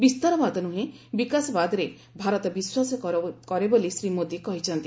ବିସ୍ତାରବାଦ ନୁହେଁ ବିକାଶବାଦରେ ଭାରତ ବିଶ୍ୱାସ କରେ ବୋଲି ଶ୍ରୀ ମୋଦି କହିଛନ୍ତି